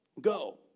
Go